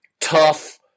tough